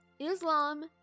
Islam